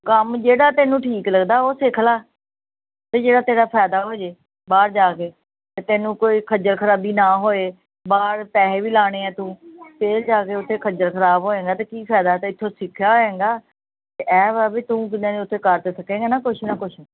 ਕੰਮ ਜਿਹੜਾ ਤੈਨੂੰ ਠੀਕ ਲੱਗਦਾ ਉਹ ਸਿੱਖ ਲਾ ਅਤੇ ਜਿਹੜਾ ਤੇਰਾ ਫਾਇਦਾ ਹੋ ਜੇ ਬਾਹਰ ਜਾ ਕੇ ਅਤੇ ਤੈਨੂੰ ਕੋਈ ਖੱਜਲ ਖਰਾਬੀ ਨਾ ਹੋਏ ਬਾਹਰ ਪੈਸੇ ਵੀ ਲਾਣੇ ਆ ਤੂੰ ਫਿਰ ਜਾ ਕੇ ਉੱਥੇ ਖੱਜਲ ਖਰਾਬ ਹੋ ਜਾਣਾ ਅਤੇ ਕੀ ਫਾਇਦਾ ਅਤੇ ਇੱਥੋਂ ਸਿੱਖਿਆ ਹੋਏਂਗਾ ਅਤੇ ਇਹ ਵਾ ਵੀ ਤੂੰ ਕਿਵੇਂ ਉੱਥੇ ਕਰ ਤਾਂ ਸਕੇਗਾਂ ਨਾ ਕੁਛ ਨਾ ਕੁਛ